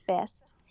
fist